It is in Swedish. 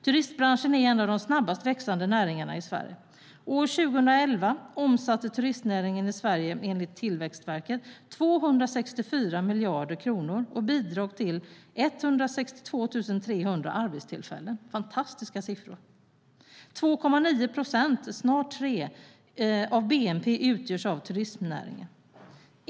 Turistbranschen är en av de snabbast växande näringarna i Sverige. År 2011 omsatte turistnäringen i Sverige, enligt Tillväxtverket, 264 miljarder kronor och bidrog till 162 300 arbetstillfällen. Det är fantastiska siffror. 2,9 procent, snart 3 procent, av bnp utgörs av turismnäringen.